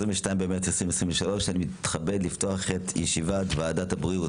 30 במרץ 2023. אני מתכבד לפתוח את ישיבת ועדת הבריאות,